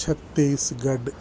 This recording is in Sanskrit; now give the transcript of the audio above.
छत्तीस्गड्